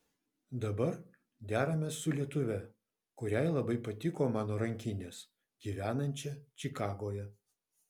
dabar deramės su lietuve kuriai labai patiko mano rankinės gyvenančia čikagoje